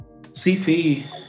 CP